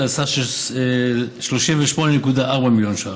תקציב הרשות לשיקום האסיר עמד ב-2017 על 36.4 מיליון ש"ח,